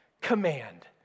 command